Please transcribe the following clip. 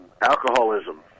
alcoholism